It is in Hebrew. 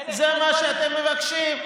זה מה שאתם מבקשים.